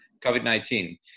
COVID-19